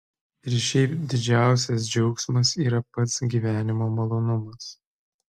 ir šiaip didžiausias džiaugsmas yra pats gyvenimo malonumas